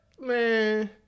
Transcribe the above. man